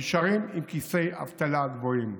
נשארים עם כיסי אבטלה גבוהים.